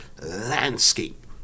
landscape